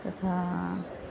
तथा